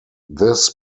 this